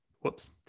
Whoops